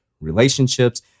relationships